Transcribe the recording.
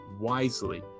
wisely